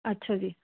ਅੱਛਾ ਜੀ